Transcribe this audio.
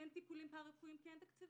אין טיפולים פרה-רפואיים כי אין תקציבים,